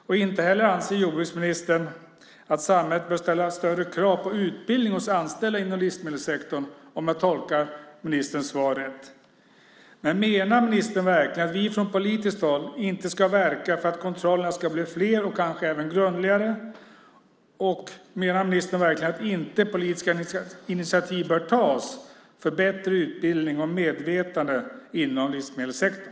Om jag tolkar jordbruksministerns svar rätt anser han inte heller att samhället bör ställa större krav på utbildning hos anställda inom livsmedelssektorn. Men menar ministern verkligen att vi från politiskt håll inte ska verka för att kontrollerna ska bli fler och kanske även grundligare? Menar ministern verkligen att inga politiska initiativ bör tas för bättre utbildning och medvetande inom livsmedelssektorn?